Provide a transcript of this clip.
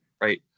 right